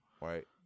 Right